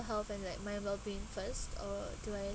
health and like my well being first or do I